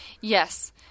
Yes